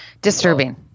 disturbing